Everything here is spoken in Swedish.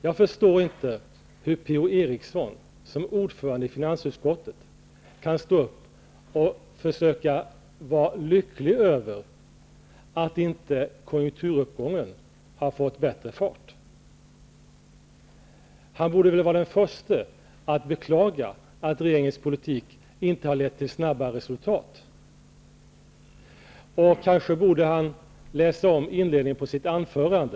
Jag förstår inte hur Per-Ola Eriksson som ordförande i finansutskottet kan vara lycklig över att inte konjunkturuppgången har fått bättre fart. Han borde vara den förste att beklaga att regeringens politik inte har lett till snabbare resultat. Kanske borde han läsa om inledningen på sitt anförande.